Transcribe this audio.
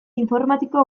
informatiko